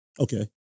Okay